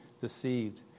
deceived